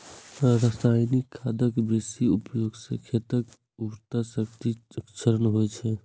रासायनिक खादक बेसी उपयोग सं खेतक उर्वरा शक्तिक क्षरण होइ छै